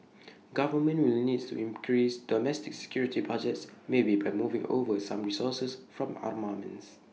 governments will need to increase domestic security budgets maybe by moving over some resources from armaments